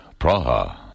Praha